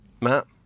Matt